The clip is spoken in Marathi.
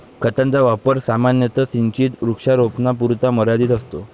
खताचा वापर सामान्यतः सिंचित वृक्षारोपणापुरता मर्यादित असतो